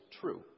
true